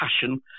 passion